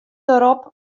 derop